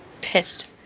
pissed